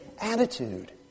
attitude